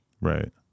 Right